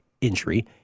injury